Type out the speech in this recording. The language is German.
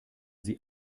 sie